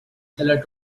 seller